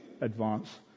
advance